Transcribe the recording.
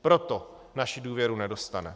Proto naši důvěru nedostane.